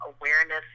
awareness